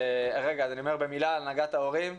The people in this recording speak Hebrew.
אני אומר במילה, הנהגת ההורים,